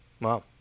wow